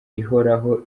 ihoraho